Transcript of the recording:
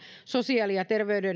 sosiaali ja